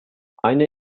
eine